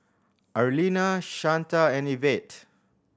Arlena Shanta and Ivette